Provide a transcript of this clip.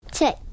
Check